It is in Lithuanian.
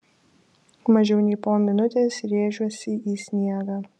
mažiau nei po minutės rėžiuosi į sniegą